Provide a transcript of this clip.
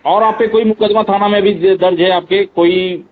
और आप पर कोई मुकदमा थाना में भी द दर्ज है आपके कोई